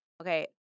okay